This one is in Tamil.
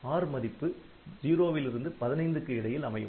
'r' மதிப்பு 0 15 க்கு இடையில் அமையும்